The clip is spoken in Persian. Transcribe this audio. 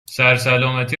سرسلامتی